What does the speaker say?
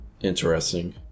Interesting